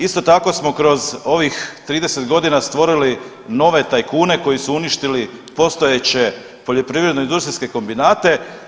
Isto tako smo kroz ovih 30 godina stvorili nove tajkune koji su uništili postojeće poljoprivredno industrijske kombinate.